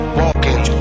walking